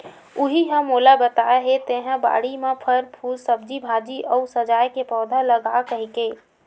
उहीं ह मोला बताय हे तेंहा बाड़ी म फर, फूल, सब्जी भाजी अउ सजाय के पउधा लगा कहिके